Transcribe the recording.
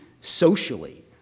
socially